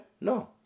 No